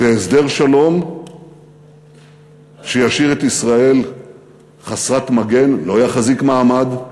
והסדר שלום שישאיר את ישראל חסרת מגן לא יחזיק מעמד.